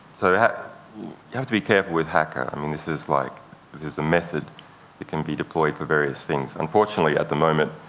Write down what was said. so you have to be careful with hacker. i mean there's like there's a method that can be deployed for various things. unfortunately, at the moment,